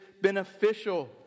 beneficial